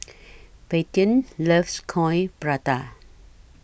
Paityn loves Coin Prata